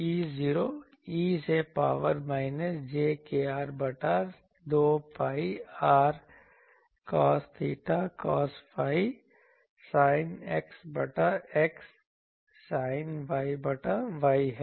E0 e से power minus j kr बटा 2 pi r cos theta cos phi sin X बटा X sin Y बटा Y है